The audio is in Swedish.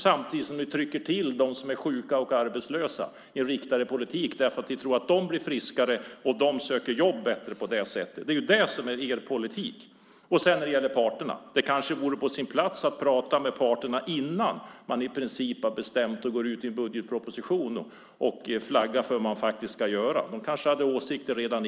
Samtidigt trycker ni med er riktade politik till dem som är sjuka och arbetslösa eftersom ni tror att de på så sätt blir friskare och bättre på att söka jobb. Det är er politik. När det gäller parterna vore det kanske på sin plats att tala med dem innan man bestämmer sig, går ut med en budgetproposition och flaggar för vad man ska göra. De kanske hade åsikter om detta.